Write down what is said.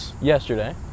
yesterday